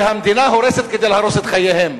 והמדינה הורסת כדי להרוס את חייהם.